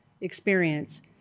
experience